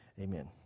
amen